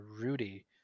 rudy